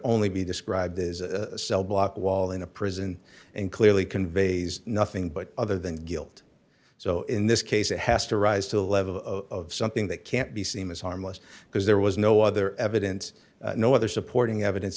only be described as a cell block wall in a prison and clearly conveys nothing but other than guilt so in this case it has to rise to the level of something that can't be seen as harmless because there was no other evidence no other supporting evidence